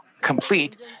complete